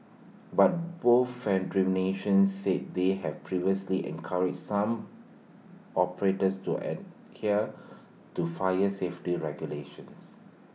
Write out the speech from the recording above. but both federations said they had previously encouraged some operators to adhere to fire safety regulations